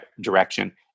direction